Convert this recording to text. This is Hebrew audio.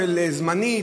זמנית,